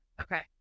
okay